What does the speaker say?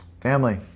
Family